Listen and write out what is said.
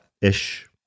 ish